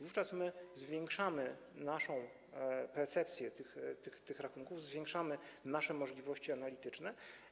Wówczas zwiększamy naszą percepcję tych rachunków, zwiększamy nasze możliwości analityczne.